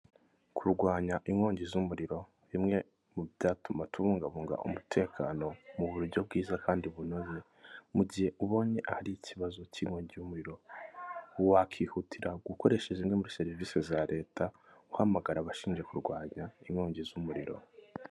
Kurwanya inkongi z'umuriro ni bimwe mu byatuma tubungabunga umutekano mu buryo bwiza kandi bunoze, mu gihe ubonye ahari ikibazo cy'inkongi y'umuriro wakihutira gukoresha zimwe muri serivisi za leta, guhamagara abashinzwe kurwanya inkongi z'umuriro.